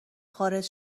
خارج